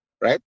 right